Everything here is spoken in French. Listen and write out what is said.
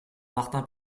martin